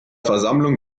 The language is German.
versammlung